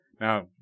now